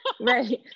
Right